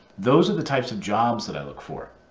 those are the types of jobs that i look for.